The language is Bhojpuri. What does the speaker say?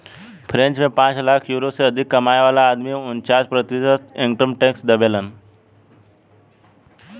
फ्रेंच में पांच लाख यूरो से अधिक कमाए वाला आदमी उनन्चास प्रतिशत इनकम टैक्स देबेलन